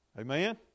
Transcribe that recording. Amen